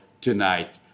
tonight